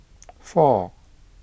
four